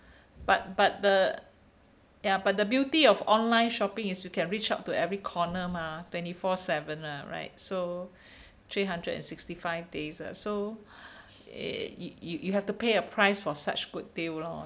but but the ya but the beauty of online shopping is you can reach out to every corner mah twenty four seven lah right so three hundred and sixty five days ah so it it you you have to pay a price for such good deal lor